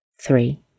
three